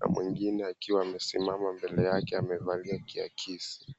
na mwingine akiwa amesimama mbele yake amevalia kiakisi.